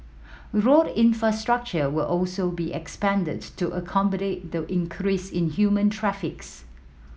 road infrastructure will also be expanded to accommodate the increase in human traffics